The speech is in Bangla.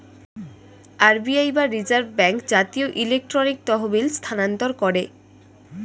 আর.বি.আই বা রিজার্ভ ব্যাঙ্ক জাতীয় ইলেকট্রনিক তহবিল স্থানান্তর করে